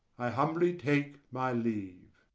i humbly take my leave.